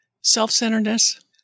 self-centeredness